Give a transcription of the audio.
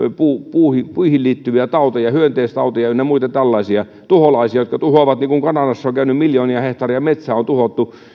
puihin puihin liittyviä tauteja hyönteistauteja ynnä muita tällaisia tuholaisia jotka tuhoavat metsää niin kuin kanadassa on käynyt kun miljoonia hehtaareja metsää on tuhottu